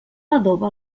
adoba